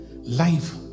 life